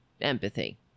empathy